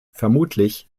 vermutlich